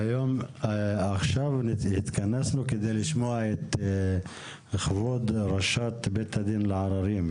עכשיו התכנסנו כדי לשמוע את כבוד ראשת בית הדין לעררים,